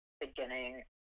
beginning